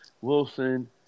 Wilson